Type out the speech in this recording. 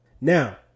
Now